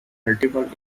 multiple